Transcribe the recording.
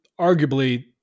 arguably